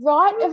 Right